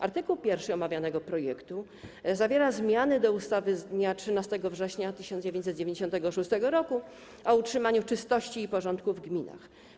Art. 1 omawianego projektu zawiera zmiany do ustawy z dnia 13 września 1996 r. o utrzymaniu czystości i porządku w gminach.